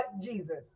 Jesus